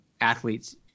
athletes